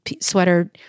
sweater